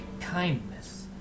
kindness